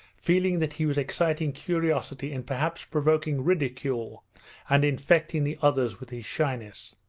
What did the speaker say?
feeling that he was exciting curiosity and perhaps provoking ridicule and infecting the others with his shyness.